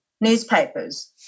newspapers